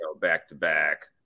back-to-back